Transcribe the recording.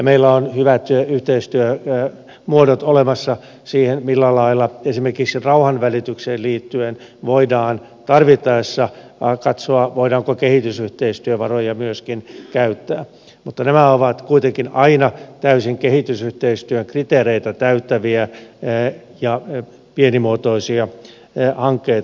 meillä on hyvät yhteistyömuodot olemassa siihen millä lailla esimerkiksi rauhanvälitykseen liittyen voidaan tarvittaessa katsoa voidaanko kehitysyhteistyövaroja myöskin käyttää mutta nämä ovat kuitenkin aina täysin kehitysyhteistyön kriteereitä täyttäviä ja pienimuotoisia hankkeita